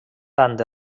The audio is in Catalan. tant